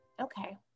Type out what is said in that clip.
Okay